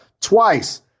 twice